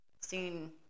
Seen